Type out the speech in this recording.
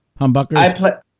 humbuckers